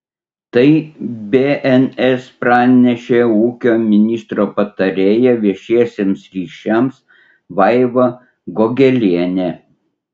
tai bns pranešė ūkio ministro patarėja viešiesiems ryšiams vaiva gogelienė